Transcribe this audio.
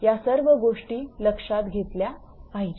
या सर्व गोष्टी लक्षात घेतल्या पाहिजेत